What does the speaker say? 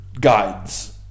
guides